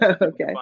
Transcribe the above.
Okay